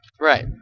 Right